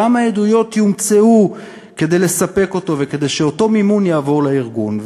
כמה עדויות יומצאו כדי לספק אותו וכדי שאותו מימון יעבור לארגון.